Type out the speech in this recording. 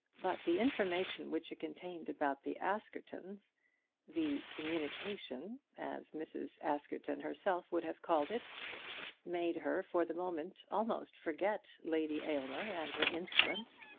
but the information which it contained about the askertons the communication, as mrs. askerton herself would have called it made her for the moment almost forget lady aylmer and her insolence.